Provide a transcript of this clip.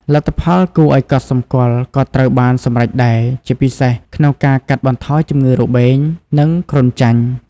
លទ្ធផលគួរឱ្យកត់សម្គាល់ក៏ត្រូវបានសម្រេចដែរ ជាពិសេសក្នុងការកាត់បន្ថយជំងឺរបេង និងគ្រុនចាញ់។